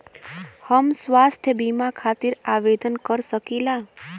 हम स्वास्थ्य बीमा खातिर आवेदन कर सकीला?